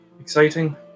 exciting